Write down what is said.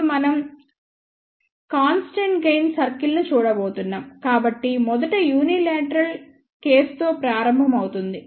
ఇప్పుడు మనం constant gain circle ని చూడబోతున్నాం కాబట్టి మొదట యూనీలేటరల్ కేసుతో ప్రారంభమవుతుంది